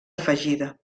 afegida